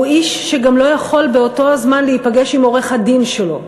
גם לא יכול באותו הזמן להיפגש עם עורך-הדין שלו,